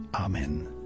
Amen